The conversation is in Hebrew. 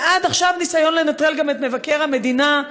ועכשיו ניסיון לנטרל גם את מבקר המדינה.